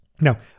Now